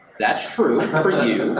that's true for you,